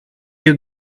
you